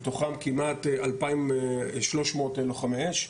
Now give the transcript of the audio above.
מתוכם כמעט אלפיים שלוש מאות לוחמי אש.